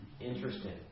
Interesting